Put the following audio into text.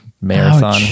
marathon